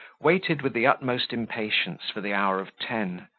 waited with the utmost impatience for the hour of ten,